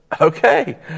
okay